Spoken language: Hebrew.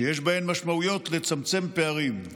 שיש בהן משמעויות לצמצם פערים.